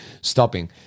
stopping